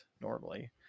normally